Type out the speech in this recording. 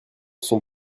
sont